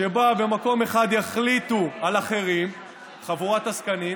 שבה במקום אחד יחליטו על אחרים חבורת עסקנים,